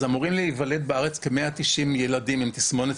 אז אמורים להיוולד בארץ כ-190 ילדים עם תסמונת